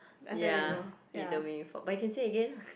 ya either way for but you can say again ah